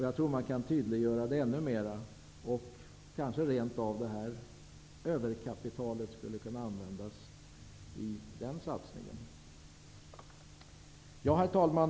Jag tror att man kan tydliggöra det ännu mera, och kanske skulle ''överkapitalet'' rent av kunna användas i den satsningen. Herr talman!